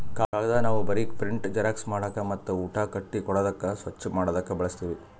ಕಾಗದ್ ನಾವ್ ಬರೀಕ್, ಪ್ರಿಂಟ್, ಜೆರಾಕ್ಸ್ ಮಾಡಕ್ ಮತ್ತ್ ಊಟ ಕಟ್ಟಿ ಕೊಡಾದಕ್ ಸ್ವಚ್ಚ್ ಮಾಡದಕ್ ಬಳಸ್ತೀವಿ